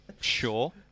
Sure